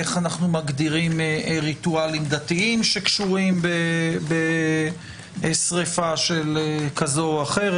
איך אנחנו מגדירים ריטואלים דתיים שקשורים בשריפה כזו או אחרת.